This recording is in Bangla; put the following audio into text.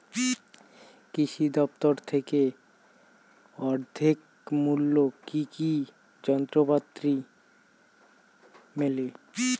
কৃষি দফতর থেকে অর্ধেক মূল্য কি কি যন্ত্রপাতি মেলে?